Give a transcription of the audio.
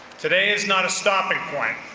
today is not a stopping point.